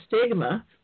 stigma